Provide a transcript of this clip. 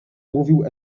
mówił